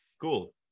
cool